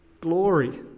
Glory